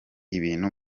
ibintu